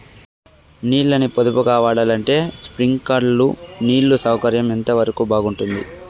నీళ్ళ ని పొదుపుగా వాడాలంటే స్ప్రింక్లర్లు నీళ్లు సౌకర్యం ఎంతవరకు బాగుంటుంది?